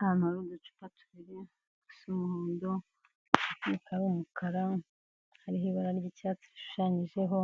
Ahantu hari uducupa tubiri dusa umuhondo, imifuniko ari umukara, hariho ibara ry'icyatsi rishushanyijeho,